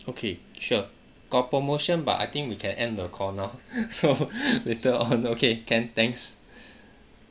okay sure got promotion but I think we can end the call now so later on okay can thanks